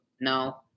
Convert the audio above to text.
no